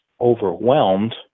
overwhelmed